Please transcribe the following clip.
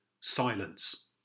silence